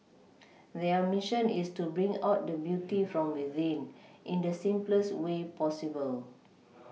their Mission is to bring out the beauty from within in the simplest way possible